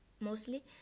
mostly